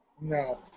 No